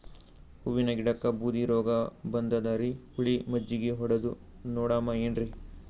ಹೂವಿನ ಗಿಡಕ್ಕ ಬೂದಿ ರೋಗಬಂದದರಿ, ಹುಳಿ ಮಜ್ಜಗಿ ಹೊಡದು ನೋಡಮ ಏನ್ರೀ?